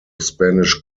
spanish